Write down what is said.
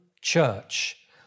church